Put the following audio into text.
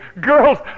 girls